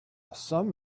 some